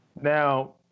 Now